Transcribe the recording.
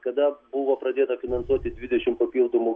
kada buvo pradėta finansuoti dvidešim papildomų